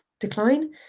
decline